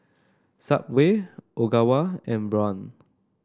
subway Ogawa and Braun